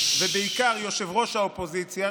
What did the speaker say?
ובעיקר ראש האופוזיציה,